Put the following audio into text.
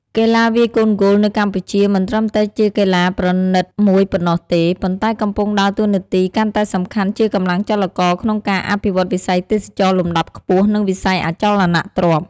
កីឡាវាយកូនហ្គោលនៅកម្ពុជាមិនត្រឹមតែជាកីឡាប្រណីតមួយប៉ុណ្ណោះទេ ប៉ុន្តែកំពុងដើរតួនាទីកាន់តែសំខាន់ជាកម្លាំងចលករក្នុងការអភិវឌ្ឍវិស័យទេសចរណ៍លំដាប់ខ្ពស់ និងវិស័យអចលនទ្រព្យ។